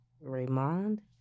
Raymond